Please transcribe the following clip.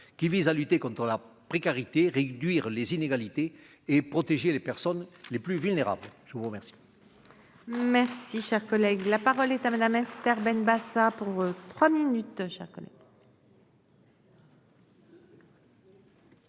qui vise à lutter contre la précarité, réduire les inégalités et protéger les personnes les plus vulnérables, je vous remercie.